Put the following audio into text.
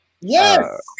Yes